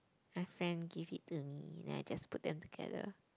my friend give it to me then I just put them together